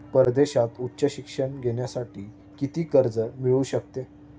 परदेशात उच्च शिक्षण घेण्यासाठी किती कर्ज मिळू शकते?